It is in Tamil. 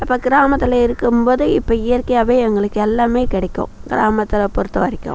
அப்போ கிராமத்தில் இருக்கும் போது இப்போ இயற்கையாவே எங்களுக்கு எல்லாமே கிடைக்கும் கிராமத்தில் பொறுத்த வரைக்கும்